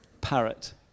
Parrot